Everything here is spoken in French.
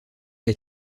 est